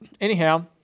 anyhow